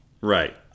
Right